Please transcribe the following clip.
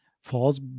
falls